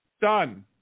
Done